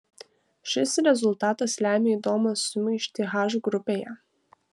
šis rezultatas lemia įdomią sumaištį h grupėje